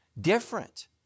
different